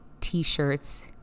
t-shirts